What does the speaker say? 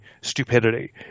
stupidity